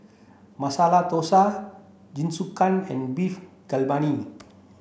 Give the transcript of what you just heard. Masala Dosa Jingisukan and Beef Galbini